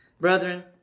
Brethren